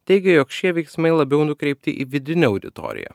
teigia jog šie veiksmai labiau nukreipti į vidinę auditoriją